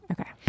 Okay